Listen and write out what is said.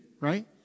right